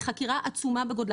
היא חקירה עצומה בגודלה,